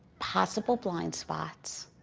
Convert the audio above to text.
possible blind spots,